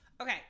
Okay